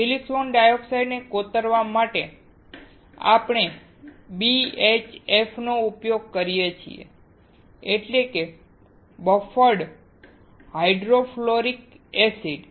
silicon ડાયોક્સાઇડને કોતરવા માટે આપણે BHF નો ઉપયોગ કરીએ છીએ એટલે કે બફર્ડ હાઇડ્રોફ્લોરિક એસિડ